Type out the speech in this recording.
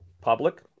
public